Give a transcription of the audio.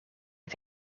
het